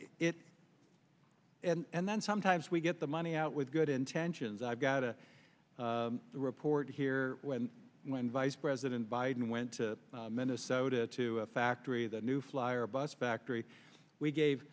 you and then sometimes we get the money out with good intentions i've got a report here when when vice president biden went to minnesota to factory the new flyer bus factory we gave